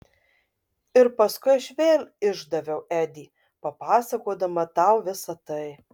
ir paskui aš vėl išdaviau edį papasakodama tau visa tai